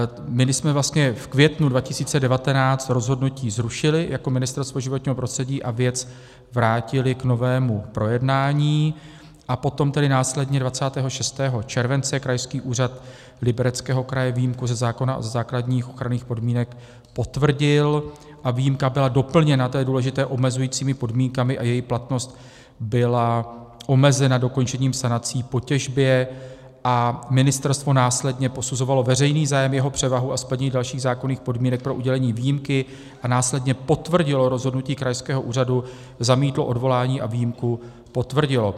My když jsme vlastně v květnu 2019 rozhodnutí zrušili jako Ministerstvo životního prostředí a věc vrátili k novému projednání a potom tedy následně 26. července Krajský úřad Libereckého kraje výjimku ze zákona ze základních ochranných podmínek potvrdil a výjimka byla doplněna to je důležité omezujícími podmínkami a její platnost byla omezena dokončením sanací po těžbě a ministerstvo následně posuzovalo veřejný zájem, jeho převahu a splnění dalších zákonných podmínek pro udělení výjimky a následně potvrdilo rozhodnutí krajského úřadu, zamítlo odvolání a výjimku potvrdilo.